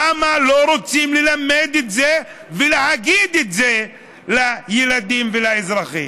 למה לא רוצים ללמד את זה ולהגיד את זה לילדים ולאזרחים?